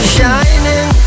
shining